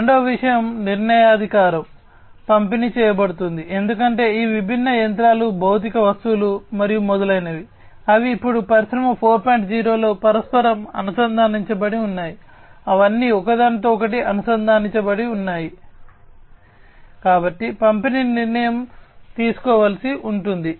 రెండవ విషయం నిర్ణయాధికారం తీసుకోవలసి ఉంటుంది